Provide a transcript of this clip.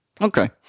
Okay